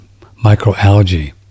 Microalgae